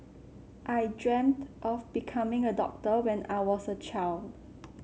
I dreamt of becoming a doctor when I was a child